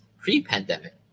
pre-pandemic